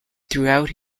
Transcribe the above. throughout